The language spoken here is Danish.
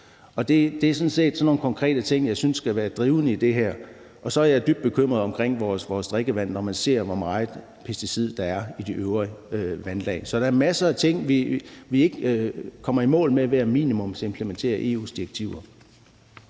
Det er sådan nogle konkrete ting, jeg synes skal være drivende i det her. Og så er jeg dybt bekymret for vores drikkevand, når man ser, hvor meget pesticid, der er i de øvrige vandlag. Så der er masser af ting, vi ikke kommer i mål med ved at minimumsimplementere EU's direktiver.